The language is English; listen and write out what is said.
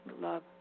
Love